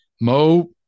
Mo